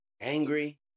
angry